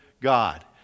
God